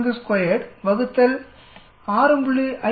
342 6